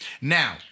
Now